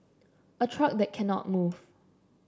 a truck that cannot move